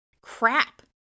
crap